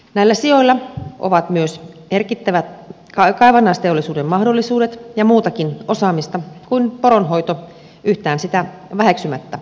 näillä sijoilla ovat myös merkittävät kaivannaisteollisuuden mahdollisuudet ja muutakin osaamista kuin poronhoito yhtään sitä väheksymättä